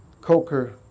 Coker